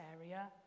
area